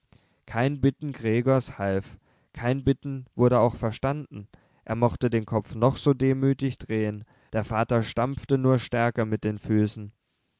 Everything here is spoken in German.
kein bitten gregors half kein bitten wurde auch verstanden er mochte den kopf noch so demütig drehen der vater stampfte nur stärker mit den füßen